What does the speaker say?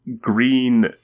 green